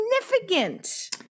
significant